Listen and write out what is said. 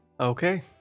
Okay